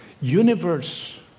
universe